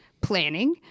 planning